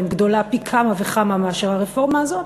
גדולה פי כמה וכמה מאשר הרפורמה הזאת,